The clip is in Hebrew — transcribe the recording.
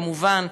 כמובן,